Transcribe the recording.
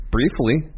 Briefly